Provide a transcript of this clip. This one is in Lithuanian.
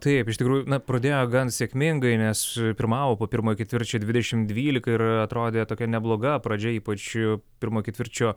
taip iš tikrųjų na pradėjo gan sėkmingai nes pirmavo po pirmojo ketvirčio dvidešimt dvylika ir atrodė tokia nebloga pradžia ypač pirmo ketvirčio